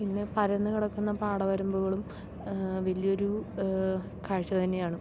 പിന്നെ പരന്ന് കിടക്കുന്ന പാടവരമ്പുകളും വലിയൊരു കാഴ്ച തന്നെയാണ്